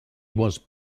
was